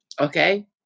okay